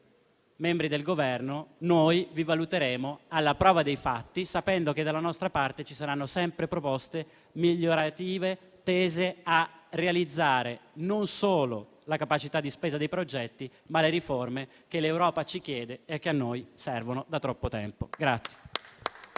membri del Governo, vi valuteremo alla prova dei fatti, sapendo che dalla nostra parte ci saranno sempre proposte migliorative, tese a realizzare non solo la capacità di spesa dei progetti, ma le riforme che l'Europa ci chiede e che a noi servono da troppo tempo.